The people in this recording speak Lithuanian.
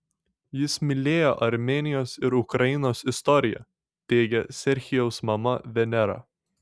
jis mylėjo armėnijos ir ukrainos istoriją teigia serhijaus mama venera